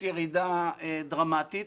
ירידה דרמטית.